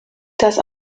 das